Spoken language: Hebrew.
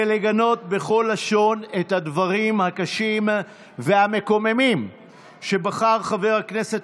ולגנות בכל לשון את הדברים הקשים והמקוממים שבחר חבר הכנסת